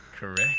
Correct